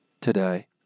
today